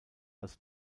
als